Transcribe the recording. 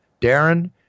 Darren